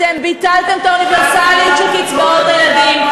אתם ביטלתם את האוניברסליות של קצבאות הילדים.